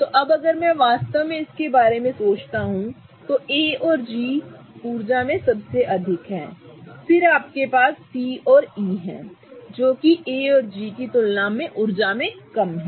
तो अब अगर मैं वास्तव में इसके बारे में सोचता हूं कि A और G ऊर्जा में सबसे अधिक हैं तो आपके पास C और E हैं जो A और G की तुलना में ऊर्जा में कम हैं